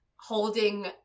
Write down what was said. holding